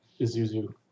isuzu